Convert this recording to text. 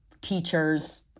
teachers